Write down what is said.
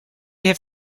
heeft